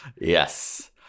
Yes